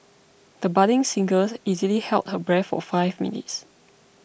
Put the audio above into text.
the budding singers easily held her breath for five minutes